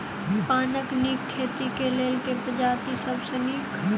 पानक नीक खेती केँ लेल केँ प्रजाति सब सऽ नीक?